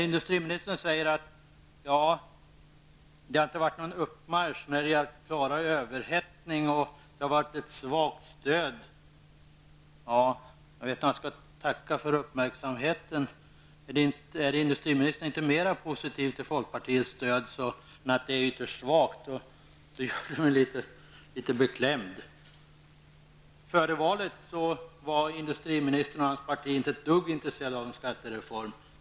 Industriministern sade att det inte varit någon uppmarsch när det gäller att klara överhettning och att stödet har varit svagt. Jag vet inte om jag skall tacka för uppmärksamheten. Är inte industriministern mera positivt inställd till folkpartiets stöd än att stödet var mycket svagt, blir jag litet beklämd. Före valet var industriministern och hans parti inte ett dugg intresserade av en skattereform.